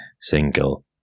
single